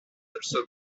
also